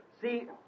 see